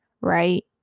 right